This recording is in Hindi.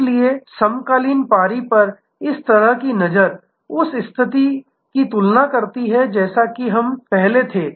इसलिए समकालीन पारी पर इस तरह की नज़र उस स्थिति की तुलना करती है जैसा हम पहले थे